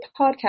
podcast